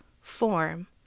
form